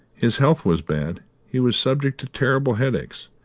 his health was bad, he was subject to terrible headaches,